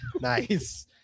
nice